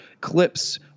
clips